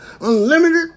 Unlimited